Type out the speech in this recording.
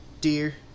Dear